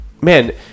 man